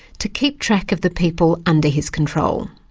to keep track of the people under his control.